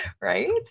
Right